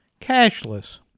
cashless